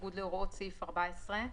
בניגוד להוראות סעיף 14,